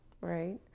right